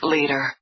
Leader